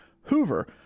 Hoover